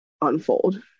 unfold